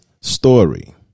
story